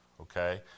Okay